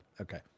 Okay